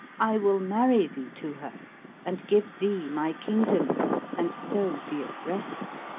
i will marry thee to her and give thee my kingdom and so be at rest.